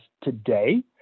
today